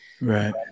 right